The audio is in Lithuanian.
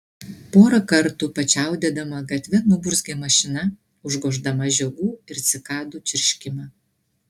porą kartų pačiaudėdama gatve nuburzgė mašina užgoždama žiogų ir cikadų čirškimą